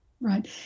Right